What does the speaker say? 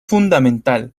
fundamental